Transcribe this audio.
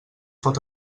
pot